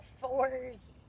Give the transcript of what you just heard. fours